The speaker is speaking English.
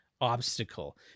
obstacle